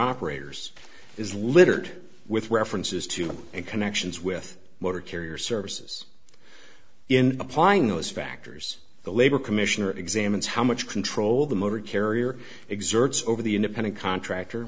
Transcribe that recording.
operators is littered with references to money and connections with motor carrier services in applying those factors the labor commissioner examines how much control the motor carrier exerts over the independent contractor